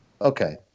Okay